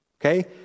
Okay